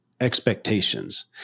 expectations